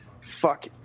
fuck